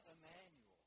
Emmanuel